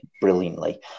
brilliantly